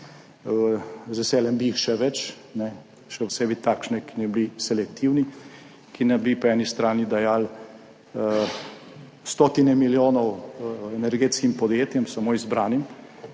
veseljem bi jih še več, še posebej takšne, ki ne bi bili selektivni, ki naj bi po eni strani dajali stotine milijonov energetskim podjetjem, samo izbranim,